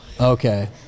Okay